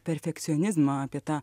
perfekcionizmą apie tą